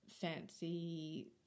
fancy